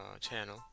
channel